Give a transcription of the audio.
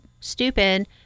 stupid